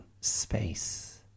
space